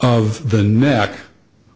of the neck